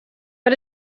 but